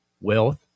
wealth